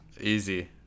Easy